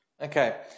Okay